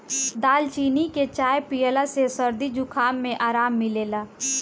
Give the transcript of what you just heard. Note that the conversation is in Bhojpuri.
दालचीनी के चाय पियला से सरदी जुखाम में आराम मिलेला